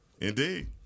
Indeed